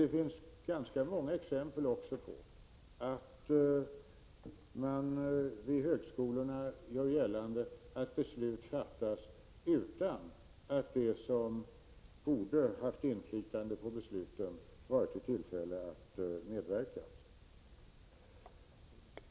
Det finns också ganska många exempel på att man vid högskolorna gör gällande att beslut fattas utan att de som borde.ha haft inflytande på besluten varit i tillfälle att medverka.